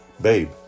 Babe